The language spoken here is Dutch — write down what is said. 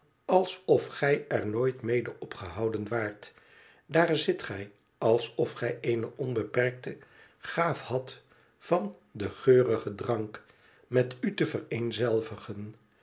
alsof gij er nooit mede opgehouden waart daar zit gij alsof gij eene onbeperkte gaaf hadt van dengeurigen drank met u te vereenzelvigen